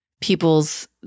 people's